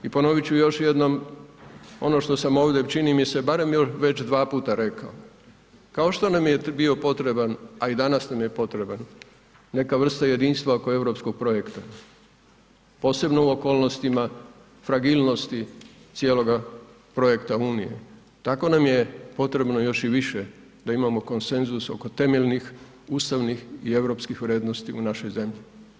I ponoviti ću još jednom ono što sam ovdje čini mi se barem već dva puta rekao, kao što nam je bio potreban, a i danas nam je potreban, neka vrsta jedinstva oko europskog projekta, posebno u okolnostima fragilnosti cijeloga projekta Unije, tako nam je potrebno još i više da imamo konsenzus oko temeljnih ustavnih i europskih vrijednosti u našoj zemlji.